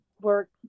work